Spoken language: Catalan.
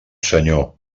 senyor